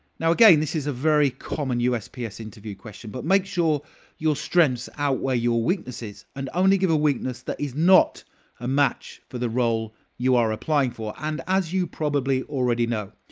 now, again, this is a very common usps interview question, but make sure your strengths outweigh your weaknesses and only give a weakness that is not a match for the role you are applying for. and as you probably already know,